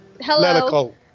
Hello